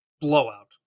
blowout